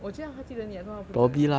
我觉得他记得你 eh 做么不记得你